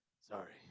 Sorry